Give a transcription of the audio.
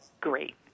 great